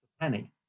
penny